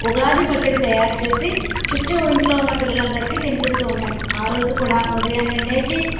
ఉగాది పచ్చడి తయారు చేసి చుట్టూ ఇంట్లో ఉన్న పిల్లలందరికీ తినిపిస్తూ ఉంటాము ఆ రోజు కూడా ఉదయాన్నే లేచి